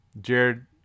Jared